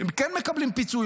שהם כן מקבלים פיצוי,